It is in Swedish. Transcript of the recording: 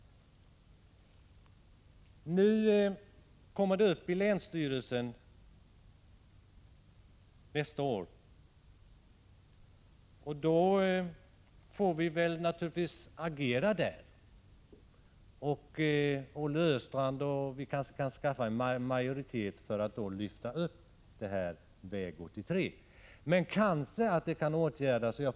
Nu kommer detta att behandlas i länsstyrelsen nästa år. Då får vi naturligtvis agera där, Olle Östrand! Vi kanske kan få en majoritet för att då lyfta upp frågan om väg 83. Men kanske kan saken åtgärdas tidigare.